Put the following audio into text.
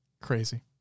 Crazy